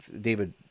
David